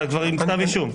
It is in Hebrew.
אתה כבר עם כתב אישום.